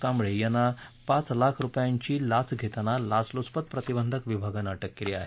कांबळे यांना पाच लाख रूपयांची लाच घेताना लाचलूचपत प्रतिबंधक विभागानं अटक केली आहे